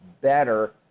better